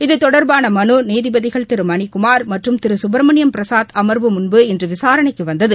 இது தொடர்பான மலு நீதிபதிகள் திரு மணிக்குமார் மற்றும் திரு சுப்ரமணியம் பிரசாத் அமா்வு முன்பு இன்று விசாரணைக்கு வந்தது